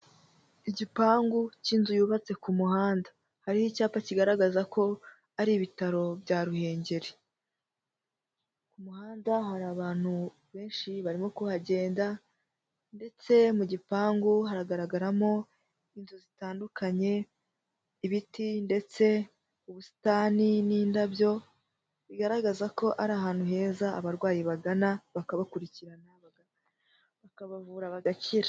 Igipangu cy'inzu yubatse ku muhanda. Hariho icyapa kigaragaza ko ari ibitaro bya Ruhengeri, ku muhanda hari abantu benshi barimo kuhagenda ndetse mu gipangu haragaragaramo inzu zitandukanye, ibiti ndetse ubusitani n'indabyo, bigaragaza ko ari ahantu heza abarwayi bagana bakabakurikirana bakabavura bagakira.